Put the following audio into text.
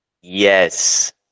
Yes